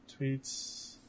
tweets